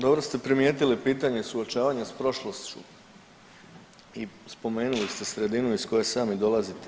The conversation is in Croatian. Dobro ste primijetili pitanje suočavanja s prošlošću i spomenuli ste sredinu iz koje sam i dolazite.